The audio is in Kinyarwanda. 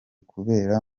kubera